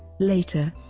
later,